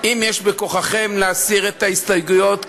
אם יש בכוחכם להסיר את ההסתייגויות,